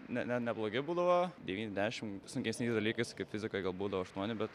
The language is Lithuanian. ne ne neblogi būdavo devyni dešim sunkesniais dalykais kaip fizikoj gal būdavo aštuoni bet